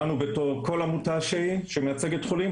לנו בתור כל עמותה שהיא שמייצגת חולים,